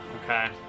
okay